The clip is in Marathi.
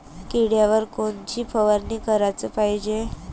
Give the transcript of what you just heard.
किड्याइवर कोनची फवारनी कराच पायजे?